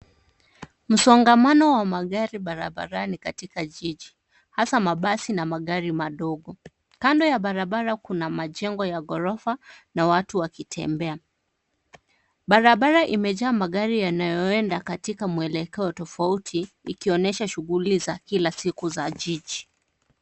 Msongamano wa magari barabarani katika jiji, hasa mabasi na magari madogo. Kando ya barabara kuna majengo ya ghorofa na watu wakitembea. Barabara imejaa magari yanayoenda katika mwelekeo tofauti, likionesha shughuli za kila siku za jiji.